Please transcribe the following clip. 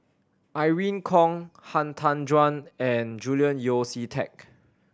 Irene Khong Han Tan Juan and Julian Yeo See Teck